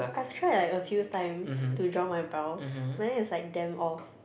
I've tried like a few times to draw my brows but then it's like damn off